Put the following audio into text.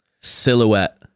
Silhouette